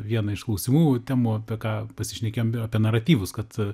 vieną iš klausimų temų apie ką pasišnekėjom apie naratyvus kad